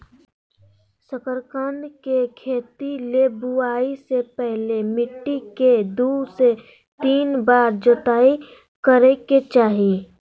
शकरकंद के खेती ले बुआई से पहले मिट्टी के दू से तीन बार जोताई करय के चाही